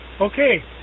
Okay